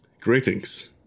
Greetings